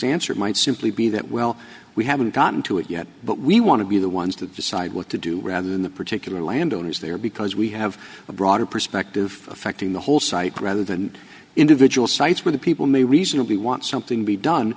s answer might simply be that well we haven't gotten to it yet but we want to be the ones to decide what to do rather than the particular landowners there because we have a broader perspective affecting the whole site rather than individual sites where the people may reasonably want something be done